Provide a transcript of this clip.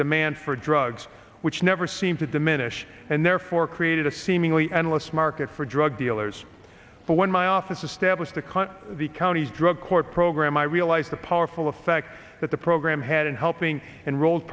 demand for drugs which never seemed to diminish and therefore created a seemingly endless market for drug dealers but when my office established the cut the county's drug court program i realized the powerful effect that the program had in helping enroll